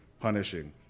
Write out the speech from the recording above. punishing